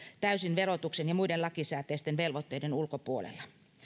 täysin verotuksen ja muiden lakisääteisten velvoitteiden ulkopuolella